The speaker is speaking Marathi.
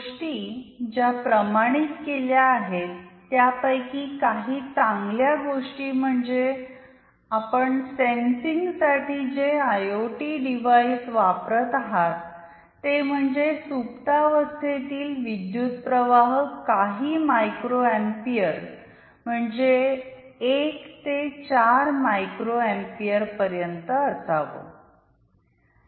गोष्टी ज्या प्रमाणित केल्या आहेत त्यापैकी काही चांगल्या गोष्टी म्हणजे आपण सेन्सिंगसाठी जे आयओटी डिव्हाइस वापरत आहात ते म्हणजे सुप्तावस्थेतील विद्युतप्रवाह काही मायक्रो अँपीयर म्हणजे 1 ते 4 मायक्रो अँपीयरपर्यन्त असावे